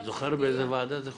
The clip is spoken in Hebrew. את זוכרת באיזו ועדה זה חוקק,